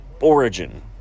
origin